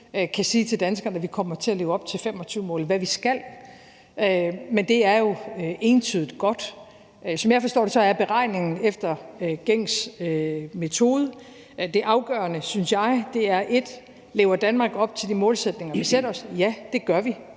kan sige til danskerne, at vi kommer til at leve op til 2025-målet, hvad vi skal; men det er jo entydigt godt. Som jeg forstår det, er beregningen foretaget efter gængs metode. Det afgørende synes jeg er: 1) Lever Danmark op til de målsætninger, vi sætter os? Ja, det gør vi